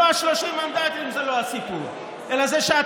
איך אתה